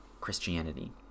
Christianity